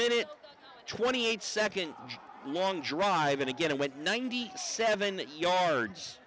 minute twenty eight second long drive and again it went ninety seven yards